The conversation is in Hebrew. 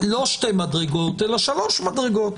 לא שתי מדרגות אלא שלוש מדרגות.